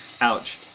Ouch